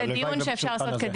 והלוואי ומישהו יוכל לעשות אותו.